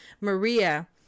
Maria